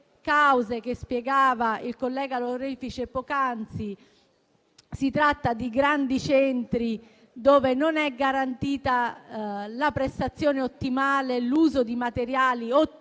che spiegava il collega Lorefice poc'anzi, si tratta a volte di grandi centri dove non è garantita una prestazione ottimale e l'uso di materiali ottimali: